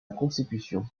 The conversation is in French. constitution